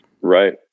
Right